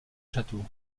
château